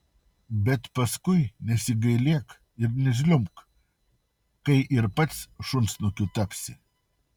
bet paskui nesigailėk ir nežliumbk kai ir pats šunsnukiu tapsi